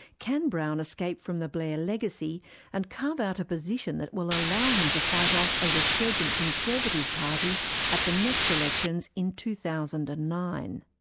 can brown escape from the blair legacy and carve out a position that will allow him to fight off a resurgent conservative party at the next elections in two thousand and nine?